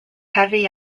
heavy